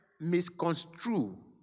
misconstrue